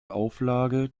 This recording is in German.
auflage